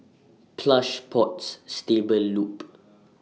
Plush Pods Stable Loop